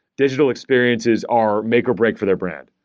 digital experiences are make or break for their brand.